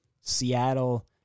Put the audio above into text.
Seattle